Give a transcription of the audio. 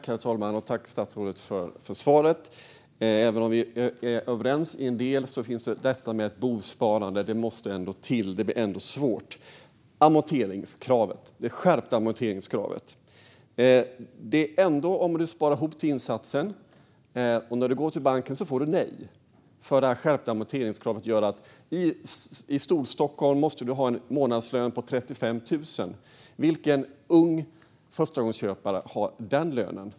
Herr talman! Jag tackar statsrådet för svaret. Även om vi är överens om en del måste detta med ett bosparande till. Det blir ändå svårt. När det gäller det skärpta amorteringskravet är det så att den som sparar ihop till insatsen och går till banken ändå kan få nej. Det skärpta amorteringskravet gör nämligen att man i Storstockholm måste ha en månadslön på 35 000. Vilken ung förstagångsköpare har den lönen?